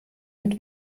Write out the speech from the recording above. mit